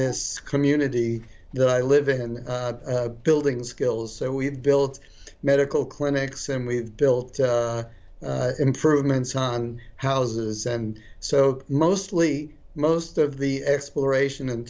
this community that i live in building skills so we've built medical clinics and we've built improvements on houses and so mostly most of the exploration in